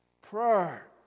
prayer